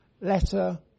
letter